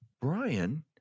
Brian